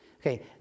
Okay